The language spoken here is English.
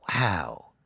Wow